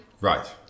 Right